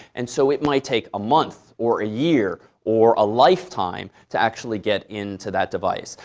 and so it might take a month, or a year, or a lifetime to actually get into that device.